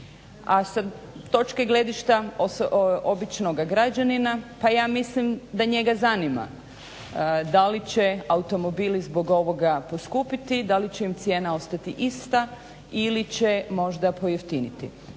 A sa točke gledišta običnoga građanina, pa ja mislim da njega zanima da li će automobili zbog ovoga poskupiti, da li će im cijena ostati ista ili će možda pojeftiniti.